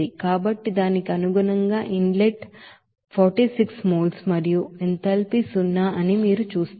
కాబట్టి దానికి అనుగుణంగా నీటి ఇన్ లెట్ 46 moles మరియు ఎంథాల్పీ సున్నా అని మీరు చూస్తారు